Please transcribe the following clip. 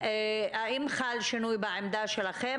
האם חל שינוי בעמדה שלכם?